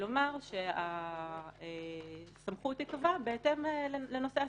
לומר שהסמכות תיקבע בהתאם לנושא הסכסוך.